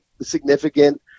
significant